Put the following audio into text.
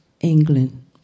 England